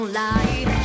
light